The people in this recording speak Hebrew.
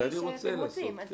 זה אני רוצה לעשות.